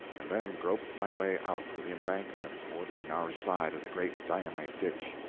and then groped my way out to the embankment bordering our side of the great dynamite ditch.